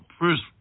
first